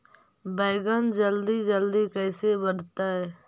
बैगन जल्दी जल्दी कैसे बढ़तै?